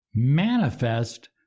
manifest